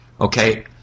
Okay